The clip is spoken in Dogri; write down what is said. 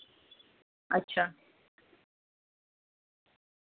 अच्छा